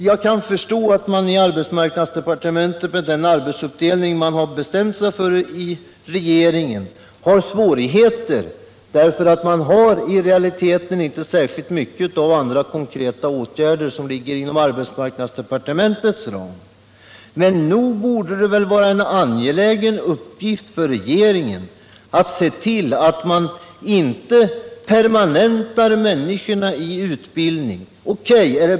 Jag kan därför förstå att man har svårigheter i arbetsmarknadsdepartementet, med den arbetsuppdelning regeringen har bestämt sig för, eftersom man i realiteten inte har särskilt många andra konkreta åtgärder att tillgripa som ligger inom arbetsmarknadsdepartementets ram. Nog borde det vara en angelägen uppgift för regeringen att se till att man inte permanentar människorna i utbildning.